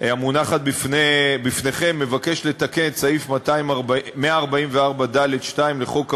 המונחת בפניכם מבקשת לתקן את סעיף 144ד2 לחוק העונשין,